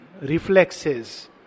Reflexes